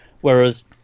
Whereas